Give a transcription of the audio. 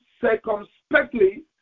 circumspectly